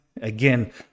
again